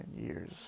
years